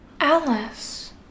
Alice